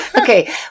Okay